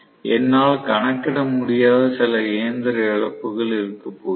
என்னால் கணக்கிட முடியாத சில இயந்திர இழப்புகள் இருக்கப்போகிறது